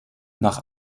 nach